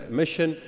mission